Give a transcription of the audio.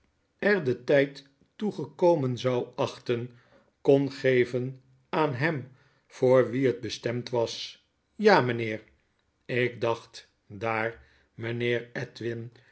er den tyd toe gekomen zou achten kon geven aan hem voor wien het bestemd was ja mijnheer ik dacht daar mpheer edwin